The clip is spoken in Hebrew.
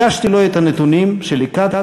הגשתי לו את הנתונים שליקטתי,